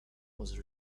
was